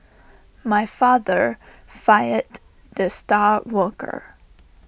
my father fired the star worker